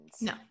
No